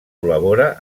col·labora